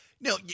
Now